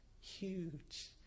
Huge